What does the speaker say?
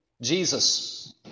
Jesus